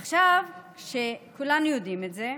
עכשיו, כשכולנו יודעים את זה,